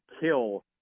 kill